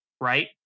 Right